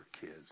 kids